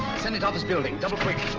senate office building double quick.